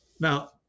Now